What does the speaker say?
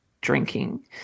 drinking